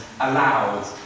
allowed